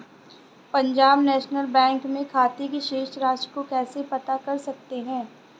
Punjab national bank में खाते की शेष राशि को कैसे पता कर सकते हैं?